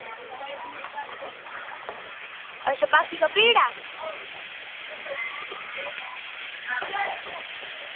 अच्छा बाकी कंप्लीट ऐ